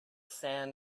sand